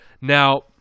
Now